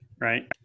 right